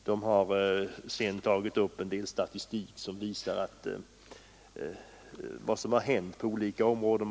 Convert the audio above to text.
Man har sedan tagit upp en del statistik som visar vad som har hänt på olika områden.